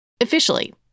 Officially